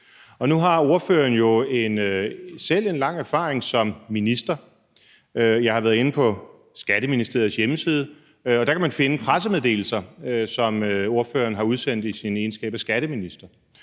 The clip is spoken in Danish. Nu har ordføreren jo selv en lang erfaring som minister. Jeg har været inde på Skatteministeriets hjemmeside, og der kan man finde pressemeddelelser, som ordføreren har udsendt i sin egenskab af skatteminister.